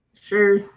Sure